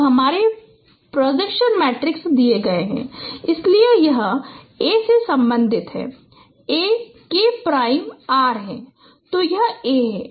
अब यहाँ हमारे प्रोजेक्शन मैट्रेस दिए गए हैं इसलिए यह A से संबंधित है A K प्राइम R है तो यह A है